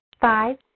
Five